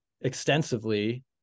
extensively